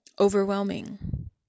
overwhelming